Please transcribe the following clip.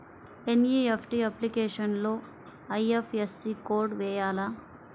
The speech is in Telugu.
ఎన్.ఈ.ఎఫ్.టీ అప్లికేషన్లో ఐ.ఎఫ్.ఎస్.సి కోడ్ వేయాలా?